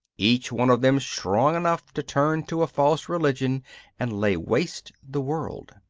each one of them strong enough to turn to a false religion and lay waste the world.